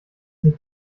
nicht